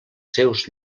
seus